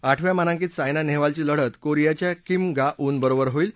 आठव्या मानांकित सायना नेहवालची लढत कोरियाच्या किम गा उनबरोबर होईल